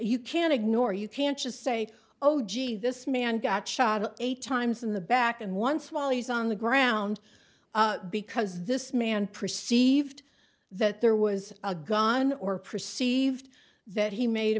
you can't ignore you can't just say oh gee this man got shot eight times in the back and once while he's on the ground because this man perceived that there was a gun or perceived that he made a